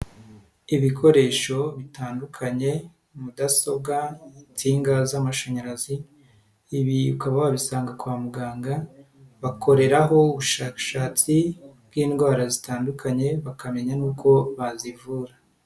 Ibikoresho bitandukanye mudasobwa, insinga z'amashanyarazi, ibi ukaba wabisanga kwa muganga bakoreraho ubushakashatsi bw'indwara zitandukanye bakamenya nuko bazivura.